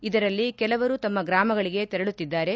ಇದರಲ್ಲಿ ಕೆಲವರು ತಮ್ನ ಗ್ರಾಮಗಳಿಗೆ ತೆರಳುತ್ತಿದ್ದಾರೆ